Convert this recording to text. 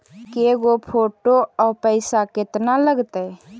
के गो फोटो औ पैसा केतना लगतै?